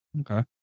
Okay